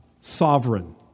sovereign